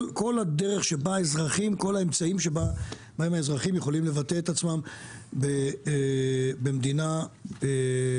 כל האמצעים שבהם האזרחים יכולים לבטא את עצמם במדינה דמוקרטית,